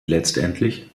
letztendlich